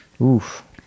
oof